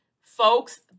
folks